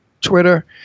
Twitter